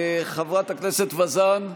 חברת הכנסת וזאן,